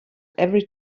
every